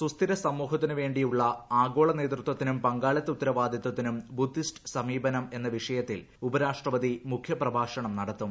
സുസ്ഥിര സമൂഹത്തിനുവേണ്ടിയുള്ള ആഗോളനേതൃത്ത്വത്തിനും പങ്കാളിത്ത ഉത്തരവാദിത്വത്തിനും ബുദ്ധിസ്റ്റ് സ്ഥമീപനം എന്ന വിഷയത്തിൽ ഉപരാഷ്ട്രപതി മുഖ്യപ്രഭാഷണ്ടു നടത്തും